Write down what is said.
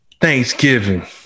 Thanksgiving